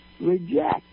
reject